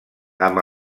amb